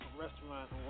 restaurant